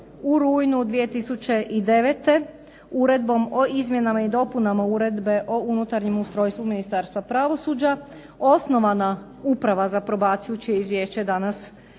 u rujnu 2009. Uredbom o izmjenama i dopunama Uredbe o unutarnjem ustrojstvu Ministarstva pravosuđa osnovana Uprava za probaciju čije izvješće danas imamo